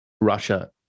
Russia